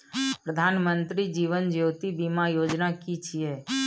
प्रधानमंत्री जीवन ज्योति बीमा योजना कि छिए?